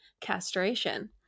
castration